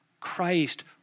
Christ